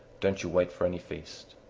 don't you wait for any feast.